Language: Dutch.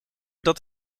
dat